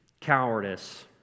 cowardice